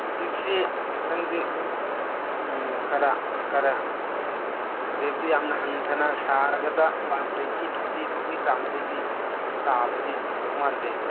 ꯍꯧꯖꯤꯛꯁꯦ ꯈꯤꯇꯪꯗꯤ ꯍꯧꯖꯤꯛ ꯎꯝ ꯈꯔ ꯎꯝ ꯈꯔ ꯔꯦꯠꯇꯣ ꯌꯥꯝ ꯍꯟꯊꯅ ꯁꯥꯔꯒꯗ ꯋꯥꯟ ꯇ꯭ꯋꯦꯟꯇꯤ ꯊꯥꯔꯇꯤ ꯐꯥꯎꯒꯤ ꯆꯥꯡꯗꯩꯗꯤ ꯇꯥꯕꯗꯤ ꯉꯥꯝꯗꯧ ꯃꯥꯟꯗꯦ